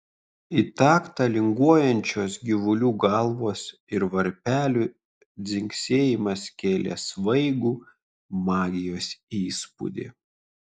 į taktą linguojančios gyvulių galvos ir varpelių dzingsėjimas kėlė svaigų magijos įspūdį